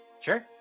Sure